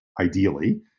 ideally